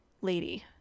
lady